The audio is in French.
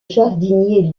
jardinier